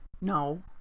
No